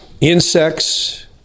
insects